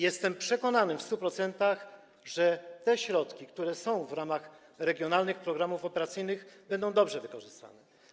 Jestem przekonany w 100%, że te środki, które są w ramach regionalnych programów operacyjnych, będą dobrze wykorzystane.